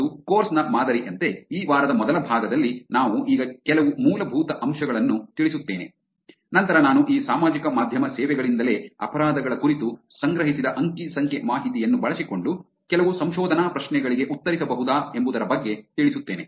ಮತ್ತು ಕೋರ್ಸ್ ನ ಮಾದರಿಯಂತೆ ಈ ವಾರದ ಮೊದಲ ಭಾಗದಲ್ಲಿ ನಾವು ಈಗ ಕೆಲವು ಮೂಲಭೂತ ಅಂಶಗಳನ್ನು ತಿಳಿಸುತ್ತೇನೆ ನಂತರ ನಾನು ಈ ಸಾಮಾಜಿಕ ಮಾಧ್ಯಮ ಸೇವೆಗಳಿಂದಲೇ ಅಪರಾಧಗಳ ಕುರಿತು ಸಂಗ್ರಹಿಸಿದ ಅಂಕಿ ಸಂಖ್ಯೆ ಮಾಹಿತಿಯನ್ನು ಬಳಸಿಕೊಂಡು ಕೆಲವು ಸಂಶೋಧನಾ ಪ್ರಶ್ನೆಗಳಿಗೆ ಉತ್ತರಿಸಬಹುದಾ ಎಂಬುದರ ಬಗ್ಗೆ ತಿಳಿಸುತ್ತೇನೆ